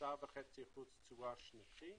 3.5% תשואה שנתית.